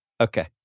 Okay